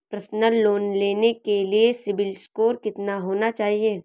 Personal loan लेने के लिए सिबिल स्कोर कितना होना चाहिए?